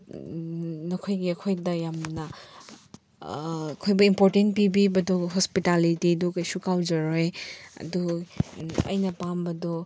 ꯅꯈꯣꯏꯒꯤ ꯑꯩꯈꯣꯏꯗ ꯌꯥꯝꯅ ꯑꯩꯈꯣꯏꯗ ꯏꯝꯄꯣꯔꯇꯦꯟ ꯄꯤꯕꯤꯕꯗꯨ ꯍꯣꯁꯄꯤꯇꯥꯂꯤꯇꯤꯗꯨ ꯀꯔꯤꯁꯨ ꯀꯥꯎꯖꯔꯣꯏ ꯑꯗꯨ ꯑꯩꯅ ꯄꯥꯝꯕꯗꯣ